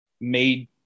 made